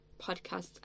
podcast